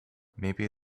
maybe